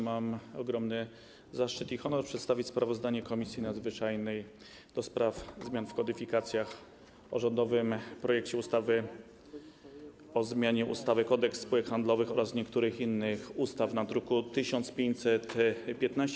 Mam ogromny zaszczyt i honor przedstawić sprawozdanie Komisji Nadzwyczajnej do spraw zmian w kodyfikacjach o rządowym projekcie ustawy o zmianie ustawy - Kodeks spółek handlowych oraz niektórych innych ustaw z druku nr 1515.